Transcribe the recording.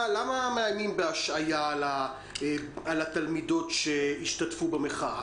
מאיימים בהשעיה על התלמידות שהשתתפו במחאה?